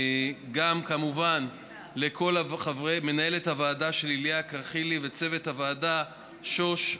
כמובן גם למנהלת הוועדה שלי לאה קריכלי ולצוות הוועדה שוש,